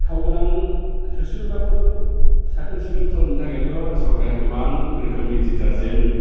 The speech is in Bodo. थावगोनां थोरसि लथाफोरखौ साखोन सिखोन खालामनो थाखायथ' सरखारा गोबां रोखोमनि डिटार्जेन